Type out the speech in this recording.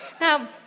Now